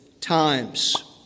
times